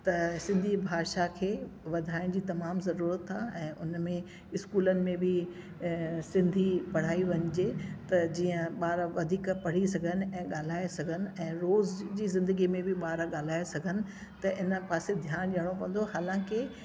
त सिंधी भाषा खे वधायनि जी तमामु ज़रूरत आहे ऐं हुनमें इस्कूलनि में बि अ सिंधी पढ़ाई वञिजे त जीअं ॿार वधीक पढ़ी सघनि ऐं ॻाल्हाइ सघनि ऐं रोज़ जी ज़िंदगी में बि ॿार ॻाल्हाइ सघनि त हिन पासे ध्यानु ॾियणो पवंदो हालांकि